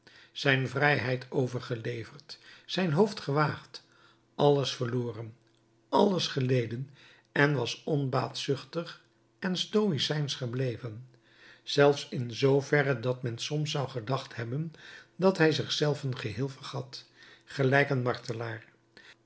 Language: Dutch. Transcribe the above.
zijn vrijheid overgeleverd zijn hoofd gewaagd alles verloren alles geleden en was onbaatzuchtig en stoïcijnsch gebleven zelfs in zverre dat men soms zou gedacht hebben dat hij zich zelven geheel vergat gelijk een